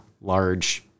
large